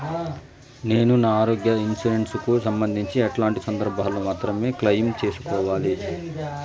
నేను నా ఆరోగ్య ఇన్సూరెన్సు కు సంబంధించి ఎట్లాంటి సందర్భాల్లో మాత్రమే క్లెయిమ్ సేసుకోవాలి?